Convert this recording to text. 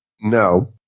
No